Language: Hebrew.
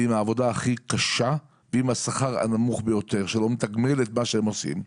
ועם העבודה הכי קשה ועם השכר הנמוך ביותר שלא מתגמל את מה שהם עושים.